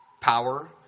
power